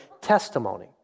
testimony